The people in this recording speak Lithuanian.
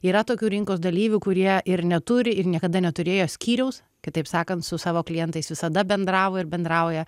yra tokių rinkos dalyvių kurie ir neturi ir niekada neturėjo skyriaus kitaip sakant su savo klientais visada bendravo ir bendrauja